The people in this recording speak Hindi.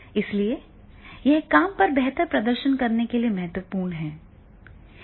इसलिए यह काम पर बेहतर प्रदर्शन करने के लिए महत्वपूर्ण है